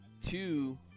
two